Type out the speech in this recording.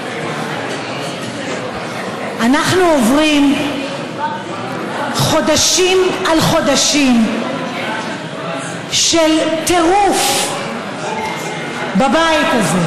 אנחנו עוברים חודשים על חודשים של טירוף בבית הזה.